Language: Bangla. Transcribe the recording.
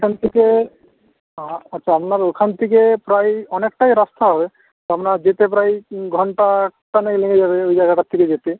এখান থেকে আচ্ছা আপনার ওখান থেকে প্রায় অনেকটাই রাস্তা হবে তো আপনার যেতে প্রায় ঘণ্টাখানেক লেগে যাবে ওই জায়গাটার থেকে যেতে